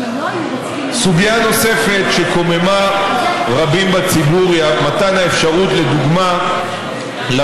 סוגיה נוספת שקוממה רבים בציבור היא מתן האפשרות למחבלים,